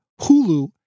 Hulu